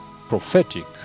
prophetic